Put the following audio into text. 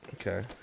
Okay